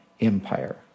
Empire